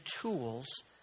tools